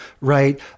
right